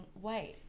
white